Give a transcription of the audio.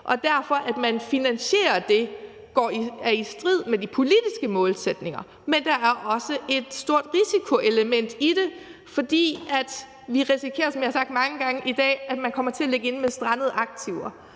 er det, at man finansierer det, i strid med de politiske målsætninger. Men der er også et stort risikoelement i det, fordi vi, som jeg har sagt mange gange i dag, risikerer, at man kommer til at ligge inde med strandede aktiver.